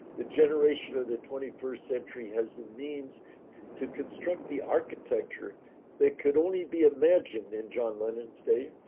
the generation of the twenty first century has the means to construct the architecture that could only be imagined in john lennon state.